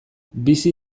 bizi